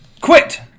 Quit